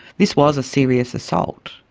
this was a serious assault.